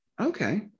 Okay